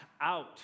out